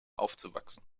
aufzuwachsen